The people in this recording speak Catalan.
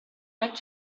gat